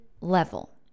level